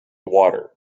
water